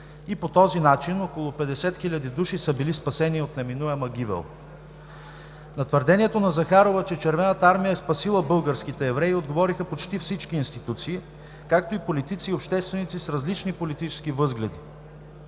и по този начин около 50 хиляди души са били спасени от неминуема гибел. На твърдението на Захарова, че Червената армия е спасила българските евреи, отговориха почти всички институции, както и политици и общественици с различни политически възгледи.